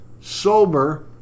sober